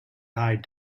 high